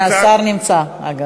השר נמצא, אגב.